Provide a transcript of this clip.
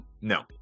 No